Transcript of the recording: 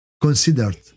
considered